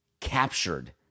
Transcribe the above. captured